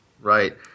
Right